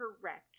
correct